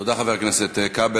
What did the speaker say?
תודה, חבר הכנסת כבל.